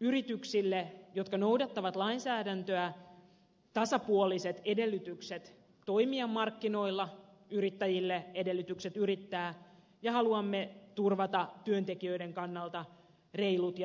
yrityksille jotka noudattavat lainsäädäntöä tasapuoliset edellytykset toimia markkinoilla yrittäjille edellytykset yrittää ja haluamme turvata työntekijöiden kannalta reilut ja toimivat työmarkkinat